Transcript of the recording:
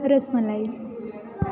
rasmalai